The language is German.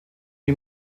die